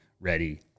ready